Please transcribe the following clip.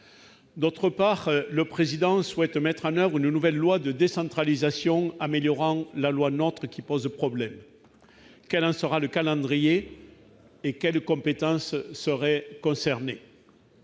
d'autre part, le président souhaite mettre en oeuvre une nouvelle loi de décentralisation améliorant la loi notre qui pose problème, qu'Alain Soral le calendrier et quelles compétences seraient concernés,